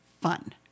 fun